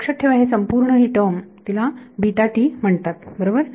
लक्षात ठेवा हे संपूर्ण टर्म ला म्हणतात बरोबर